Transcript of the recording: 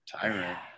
Tyrant